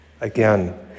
Again